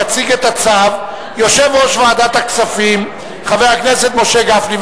יציג את הצו יושב-ראש ועדת הכספים חבר הכנסת משה גפני.